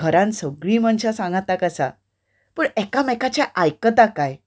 घरांत सगलीं मनशां सांगाताक आसा पूण एकामेकाच्या आयकता कांय